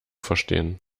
verstehen